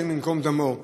השם ייקום דמו,